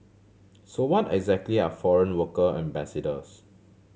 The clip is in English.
so what exactly are foreign worker ambassadors